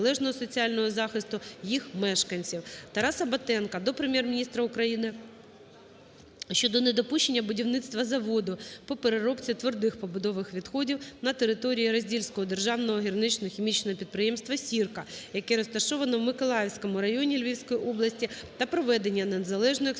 ТарасаБатенка до Прем'єр-міністра України щодо недопущення будівництва заводу по переробці твердих побутових відходів на території Роздільського державного гірничо-хімічного підприємства "Сірка", яке розташоване в Миколаївському районі Львівської області та проведення незалежної експертизи